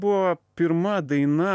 buvo pirma daina